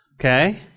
Okay